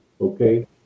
okay